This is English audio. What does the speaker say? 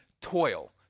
toil